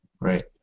Right